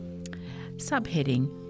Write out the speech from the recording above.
Subheading